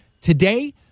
Today